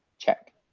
check.